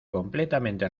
completamente